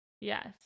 Yes